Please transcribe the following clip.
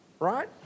Right